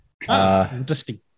Interesting